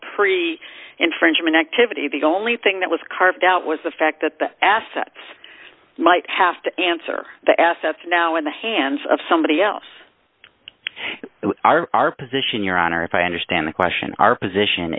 pre infringement activity the only thing that was carved out was the fact that the assets might have to answer the assets now in the hands of somebody else our position your honor if i understand the question our position